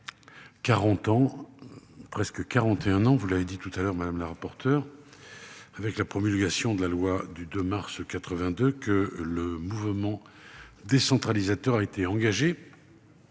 mien. 40 ans. Presque 41 ans, vous l'avez dit tout à l'heure madame la rapporteure. Avec la promulgation de la loi du 2 mars 82 que le mouvement décentralisateur a été engagée.